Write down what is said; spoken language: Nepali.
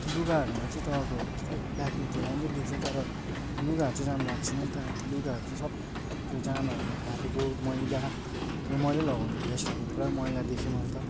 त्यो लुगाहरूमा चाहिँ तपाईँको खोइ प्याकिङ त्यो राम्रो देख्छ तर लुगाहरू चाहिँ राम्रो आएको छैन नि त लुगाहरू चाहिँ सब त्यो जामाहरू फाटेको मैला त्यो मैले लगाउने भेष्टहरू पुरा मैला देखेँ मैले त